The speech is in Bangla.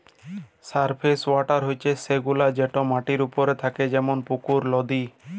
সারফেস ওয়াটার হছে সেগুলা যেট মাটির উপরে থ্যাকে যেমল পুকুর, লদী